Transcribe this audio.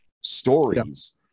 stories